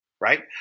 Right